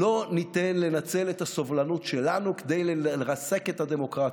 לא ניתן לנצל את הסובלנות שלנו כדי לרסק את הדמוקרטיה.